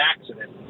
accident